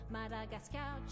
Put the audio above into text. Madagascar